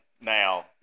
Now